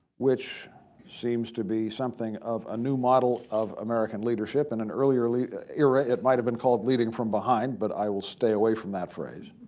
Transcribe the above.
which seems to be something of a new model of american leadership. in an earlier like era it might've been called leading from behind. but i will stay away from that phrase.